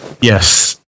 yes